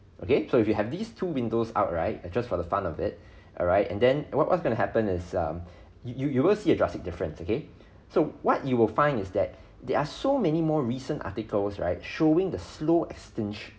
okay so if you have these two windows out right just for the fun of it alright and then what what's going to happen is um you you will see a drastic difference okay so what you will find is that there are so many more recent articles right showing the slow extincti~